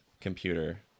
computer